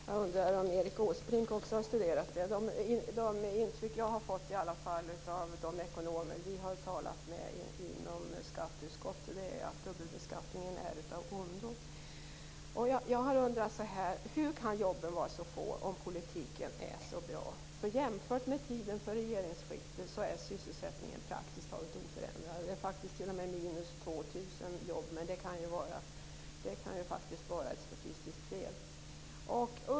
Fru talman! Jag undrar om också Erik Åsbrink har studerat detta. Det intryck jag har fått av de ekonomer skatteutskottet har talat med är i alla fall att dubbelbeskattningen är av ondo. Jag har undrat: Hur kan jobben vara så få om politiken är så bra? Jämfört med tiden för regeringsskiftet är sysselsättningen i dag praktiskt taget oförändrad. Det handlar faktiskt t.o.m. om 2 000 jobb, men det kan ju vara ett statistiskt fel.